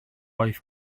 oedd